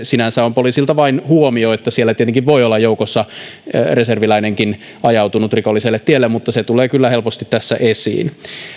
sinänsä poliisilta vain huomio että siellä tietenkin voi olla joukossa reserviläinenkin joka on ajautunut rikolliselle tielle mutta se tulee kyllä helposti tässä esiin